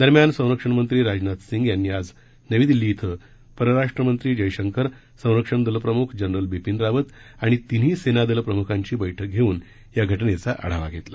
दरम्यान संरक्षण मंत्री राजनाथ सिंग यांनी आज नवी दिल्ली इथं परराष्ट्र मंत्री जयशंकर संरक्षण दल प्रमुख जनरल बिपिन रावत आणि तिन्ही सेना दल प्रमुखांची बैठक घेऊन या घटनेचा आढावा घेतला